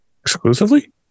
Exclusively